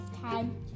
time